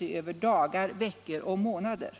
över dagar, veckor och månader.